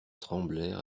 tremblèrent